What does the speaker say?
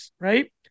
right